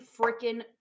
freaking